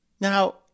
Now